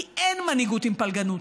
כי אין מנהיגות עם פלגנות.